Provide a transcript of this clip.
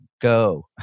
go